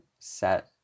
set